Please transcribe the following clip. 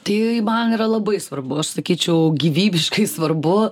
tai man yra labai svarbu aš sakyčiau gyvybiškai svarbu